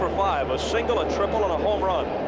for five, a single, a triple, and a home run,